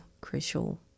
crucial